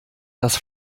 das